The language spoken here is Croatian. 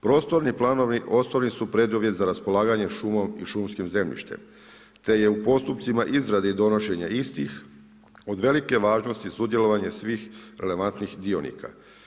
Prostorni planovi osnovni su preduvjet za raspolaganje šumom i šumskim zemljištem te je u postupcima izrade i donošenja istih od velike važnosti sudjelovanje svih relevantnih dionika.